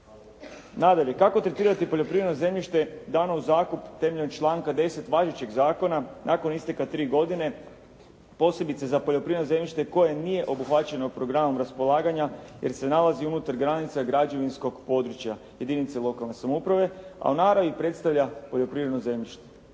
Nadalje, kako tretirati poljoprivredno zemljište dano u zakup temeljem članka 10. važećeg zakona nakon isteka tri godine, posebice za poljoprivredno zemljište koje nije obuhvaćeno programom raspolaganja jer se nalazi unutar granica građevinskog područja jedinice lokalne samouprave, a u naravi predstavlja poljoprivredno zemljište.